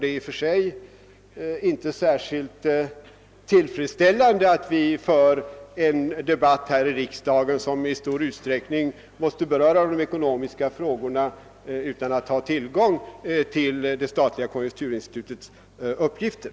Det är inte särskilt tillfredsställande att vi här i riksdagen får föra en debatt, som i stor utsträckning måste beröra de ekonomiska frågorna, utan att ha tillgång till det statliga konjunkturinstitutets uppgifter.